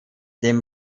dem